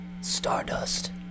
Stardust